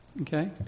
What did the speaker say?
Okay